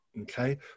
okay